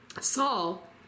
Saul